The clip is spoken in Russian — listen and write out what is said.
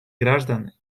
граждан